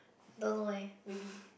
I don't know eh maybe